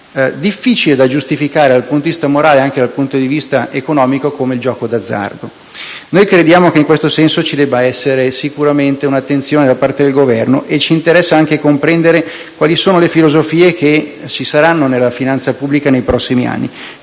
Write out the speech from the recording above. difficile da giustificare appunto, dal punto di vista morale ed anche economico come il gioco d'azzardo? Noi crediamo che, in questo senso, ci debba essere sicuramente un'attenzione da parte del Governo, e ci interessa anche comprendere quali sono le filosofie che ci saranno nella finanza pubblica nei prossimi anni,